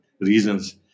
reasons